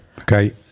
okay